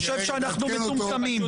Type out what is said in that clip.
הוא חושב שאנחנו מטומטמים.